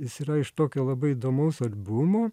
jis yra iš tokio labai įdomaus albumo